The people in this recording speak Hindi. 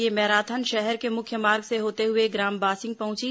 यह मैराथन शहर के मुख्य मार्ग से होते हुए ग्राम बासिंग पहुंची